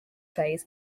phase